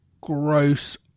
gross